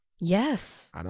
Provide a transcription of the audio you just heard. Yes